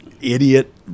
idiot